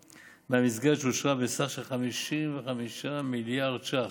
מהמסגרת שאושרה בסך של 55 מיליארד ש"ח.